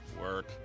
work